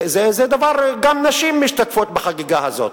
גם נשים משתתפות בחגיגה הזו,